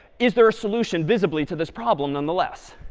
is there a solution visibly to this problem nonetheless?